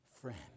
friend